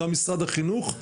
גם משרד החינוך,